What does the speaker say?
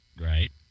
Right